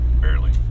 barely